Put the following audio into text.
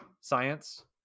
science